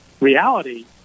reality